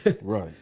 Right